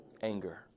Anger